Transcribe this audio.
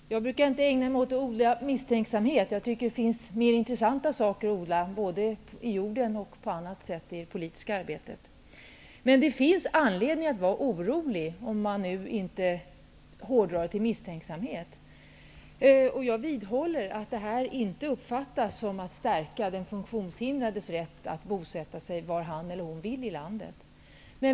Fru talman! Jag brukar inte ägna mig åt att odla misstänksamhet. Jag tycker att det finns mer intressanta saker att odla, både i jorden och i det politiska arbetet. Men det finns anledning till oro, om man nu inte hårdrar det till att tala om misstänksamhet. Jag vidhåller att 8 § inte uppfattas som att den stärker de funktionshindrades rätt att bosätta sig var de vill i landet.